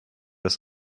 des